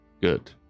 good